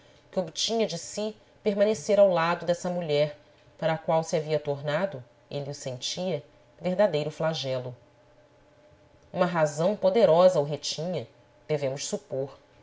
que obtinha de si permanecer ao lado dessa mulher para a qual se havia tornado ele o sentia verdadeiro flagelo uma razão poderosa o retinha devemos supor